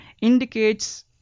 indicates